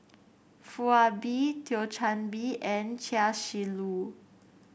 Foo Ah Bee Thio Chan Bee and Chia Shi Lu